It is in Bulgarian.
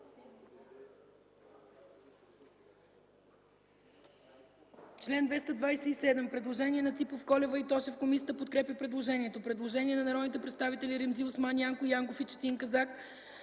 народните представители Ципов, Колева и Тошев. Комисията подкрепя предложението. Предложение на народните представители Ремзи Осман, Янко Янков и Четин Казак